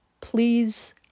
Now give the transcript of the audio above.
Please